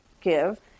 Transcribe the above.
give